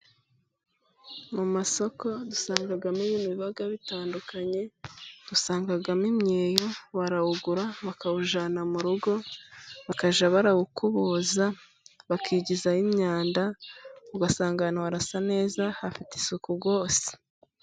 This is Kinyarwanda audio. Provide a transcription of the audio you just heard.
Mu masoko dusangamo ibintu biba bitandukanye, dusangamo imyeyo; barawugura, bakawujyana mu rugo, bakajya bawukubuza, bakigizayo imyanda, ugasanga ahantu harasa neza, hafite isuku rwose.